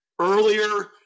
earlier